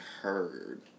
heard